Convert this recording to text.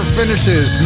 finishes